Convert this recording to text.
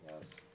yes